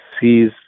sees